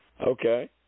Okay